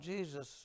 Jesus